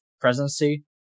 presidency